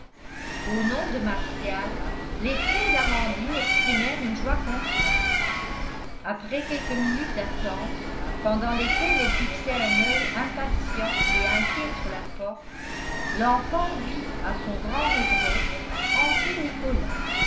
au nom de martial les traits d'amandine exprimèrent une joie contrainte après quelques minutes d'attente pendant lesquelles elle fixait un oeil impatient et inquiet sur la porte l'enfant vit à son grand regret entrer nicolas